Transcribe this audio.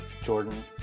Jordan